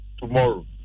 tomorrow